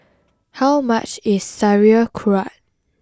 how much is Sauerkraut